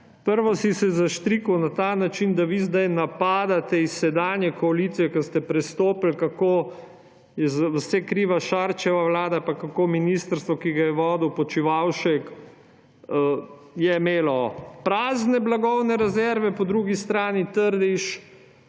si se zaštrikal na ta način, da vi sedaj napade iz sedanje koalicije, ker ste prestopili, kako je za vse kriva Šarčeva vlada pa kako je imelo ministrstvo, ki ga je vodil Počivalšek, prazne blagovne rezerve, po drugi strani trdiš,